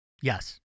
Yes